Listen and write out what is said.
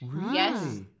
Yes